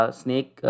snake